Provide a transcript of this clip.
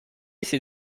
ces